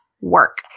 work